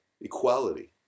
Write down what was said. equality